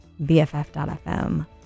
BFF.FM